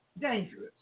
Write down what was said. dangerous